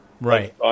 Right